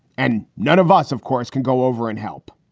and none of us, of course, can go over and help.